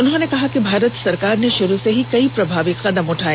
उन्होंने कहा कि भारत सरकार ने शुरू से ही कई प्रभावी कदम उठाए